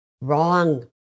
wrong